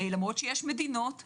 למרות שיש מדינות שאומרות: